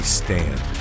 stand